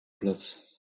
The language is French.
place